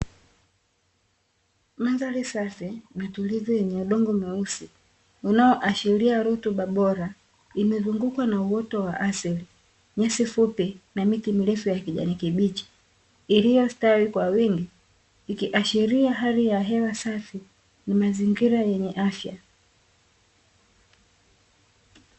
Mandhari safi na tulivu yenye udongo mweusi unaoashiria rutuba bora, imezungukwa na uoto wa asili, nyasi fupi na miti mirefu ya kijani kibichi iliyostawi kwa wingi, ikiashiria hali ya hewa safi na mazingira yenye afya.